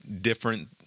different